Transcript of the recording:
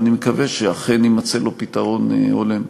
ואני מקווה שאכן יימצא לו פתרון הולם.